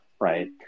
right